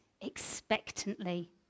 expectantly